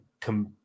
come